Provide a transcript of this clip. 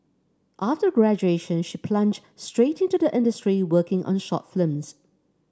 after graduation she plunged straight into the industry working on short films